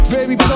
Baby